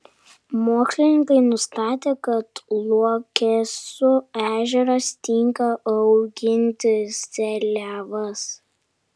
mokslininkai nustatė kad luokesų ežeras tinka auginti seliavas